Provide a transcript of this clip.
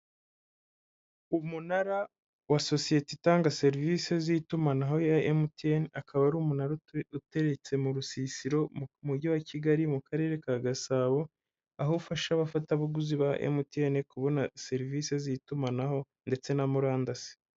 Umunara wa sosiyete itanga serivisi z'itumanaho ya MTN, akaba ari umunara uteretse mu rusisiro mu mujyi wa Kigali mu karere ka Gasabo aho ufasha abafatabuguzi ba MTN kubona serivisi z'itumanaho ndetse na murandasi.